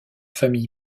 famille